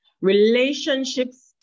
relationships